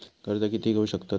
कर्ज कीती घेऊ शकतत?